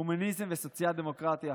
הומניזם וסוציאל-דמוקרטיה.